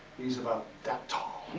he's about that tall,